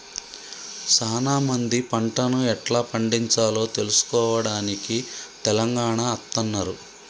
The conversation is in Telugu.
సానా మంది పంటను ఎట్లా పండిచాలో తెలుసుకోవడానికి తెలంగాణ అత్తన్నారు